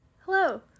hello